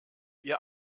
wir